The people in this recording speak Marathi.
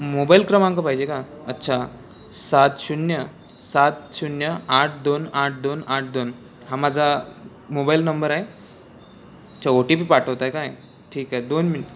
मोबाईल क्रमांक पाहिजे का अच्छा सात शून्य सात शून्य आठ दोन आठ दोन आठ दोन हा माझा मोबाईल नंबर आहे अच्छा ओ टी पी पाठवताय काय ठीक आहे दोन मिनटं